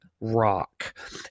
rock